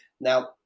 Now